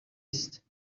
است